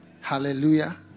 hallelujah